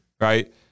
right